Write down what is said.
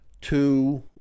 two